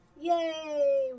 yay